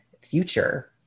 future